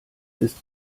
ist